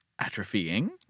atrophying